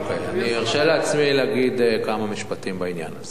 אני ארשה לעצמי להגיד כמה משפטים בעניין הזה.